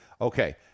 Okay